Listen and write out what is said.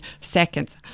seconds